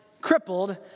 crippled